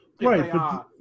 Right